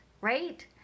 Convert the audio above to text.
right